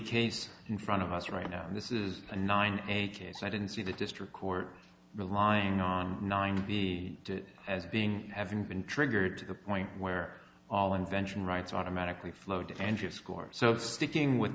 case in front of us right now this is a nine a case i didn't see the district court the line on nine the has being having been triggered to the point where all invention rights automatically flowed and you score so sticking with